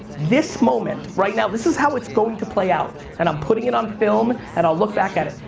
this moment, right now, this is how it's going to play out. and i'm putting it on film, and i'll look back at it.